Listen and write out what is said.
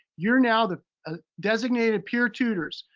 you're now the ah designated peer tutors.